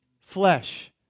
flesh